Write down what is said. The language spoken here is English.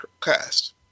cast